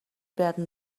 werden